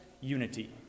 unity